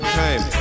time